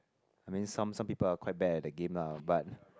I mean some some people are quite bad at the game lah but